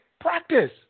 practice